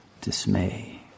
dismay